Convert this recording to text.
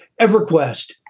EverQuest